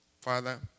father